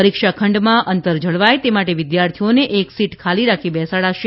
પરીક્ષા ખંડમાં અંતર જળવાય તે માટે વિદ્યાર્થીઓને એક સીટ ખાલી રાખી બેસાડાશે